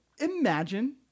Imagine